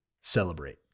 celebrate